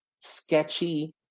sketchy